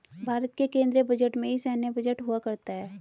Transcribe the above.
भारत के केन्द्रीय बजट में ही सैन्य बजट हुआ करता है